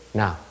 now